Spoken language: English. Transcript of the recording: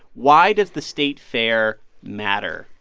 why does the state fair matter?